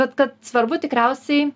bet kad svarbu tikriausiai